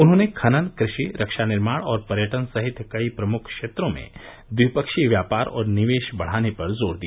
उन्होंने खनन कृषि रक्षा निर्माण और पर्यटन सहित कई प्रमुख क्षेत्रों में द्विपक्षीय व्यापार और निवेश बढ़ाने पर जोर दिया